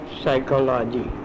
psychology